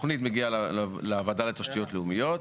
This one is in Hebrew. התוכנית מגיעה לוועדה לתשתיות לאומיות,